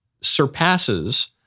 surpasses